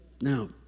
Now